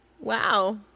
Wow